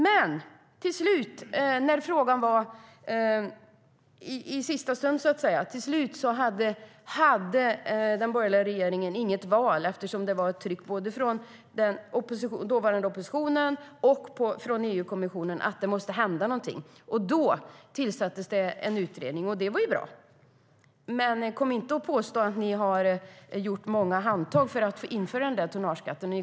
Men till slut hade den borgerliga regeringen inget val eftersom både oppositionen och EU-kommissionen tryckte på och krävde att något måste hända. Då tillsatte ni en utredning, och det var ju bra. Men kom inte och påstå att ni har legat på för att införa tonnageskatten.